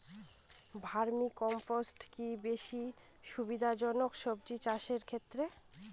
Vermi compost কি বেশী সুবিধা জনক সবজি চাষের ক্ষেত্রে?